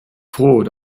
froh